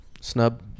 Snub